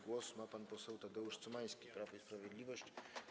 Głos ma pan poseł Tadeusz Cymański, Prawo i Sprawiedliwość.